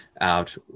out